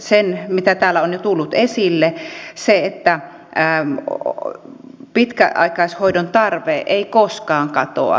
sen mitä täällä on jo tullut esille eli sen että pitkäaikaishoidon tarve ei koskaan katoa